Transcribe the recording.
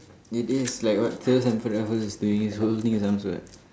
it is like what Sir Stamford Raffles is doing he's holding his arms what